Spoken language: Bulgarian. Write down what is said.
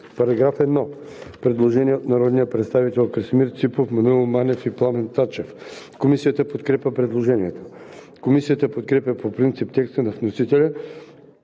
По § 1 има предложение на народните представители Красимир Ципов, Маноил Манев и Пламен Тачев. Комисията подкрепя предложението. Комисията подкрепя по принцип текста на вносителя